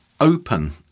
open